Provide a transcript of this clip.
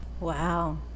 Wow